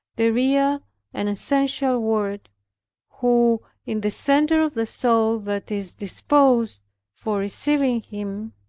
the real and essential word who in the center of the soul that is disposed for receiving him,